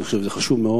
אני חושב שזה חשוב מאוד.